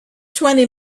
twenty